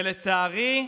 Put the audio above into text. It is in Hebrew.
לצערי,